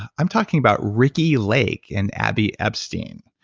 i'm talking about ricki lake and abby epstein,